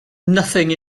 nothing